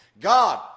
God